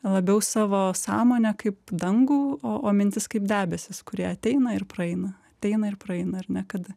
labiau savo sąmonę kaip dangų o o mintis kaip debesys kurie ateina ir praeina ateina ir praeina ar ne kada